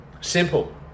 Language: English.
Simple